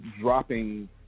Dropping